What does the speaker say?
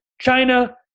China